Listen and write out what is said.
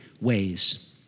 ways